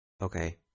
Okay